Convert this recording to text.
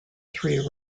three